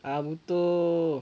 hantu